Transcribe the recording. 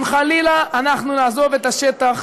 אם חלילה אנחנו נעזוב את השטח,